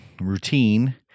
routine